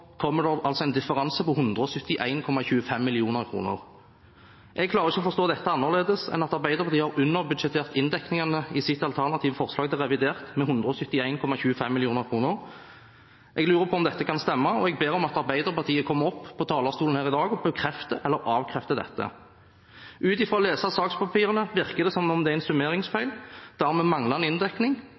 kommer det en differanse på 171,25 mill. kr. Jeg klarer ikke å forstå dette annerledes enn at Arbeiderpartiet har underbudsjettert inndekningene i sitt alternative forslag til revidert med 171,25 mill. kr. Jeg lurer på om dette kan stemme, og jeg ber Arbeiderpartiet om å komme opp på talerstolen her i dag og bekrefte eller avkrefte dette. Ut ifra sakspapirene virker det som en summeringsfeil. Dermed mangler man inndekning, men jeg er